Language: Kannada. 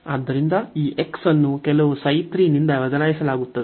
ಆದ್ದರಿಂದ ಈ x ಅನ್ನು ಕೆಲವು ನಿಂದ ಬದಲಾಯಿಸಲಾಗುತ್ತದೆ